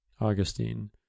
Augustine